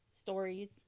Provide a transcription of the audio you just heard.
stories